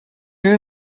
you